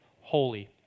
holy